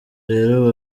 rero